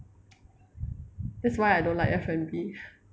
that's why I don't like F&B